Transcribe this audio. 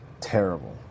terrible